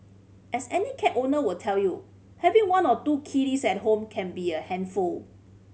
as any cat owner will tell you having one or two kitties at home can be a handful